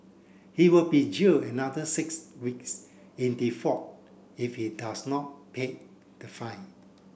he will be jailed another six weeks in default if he does not pay the fine